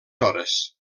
hores